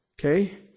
Okay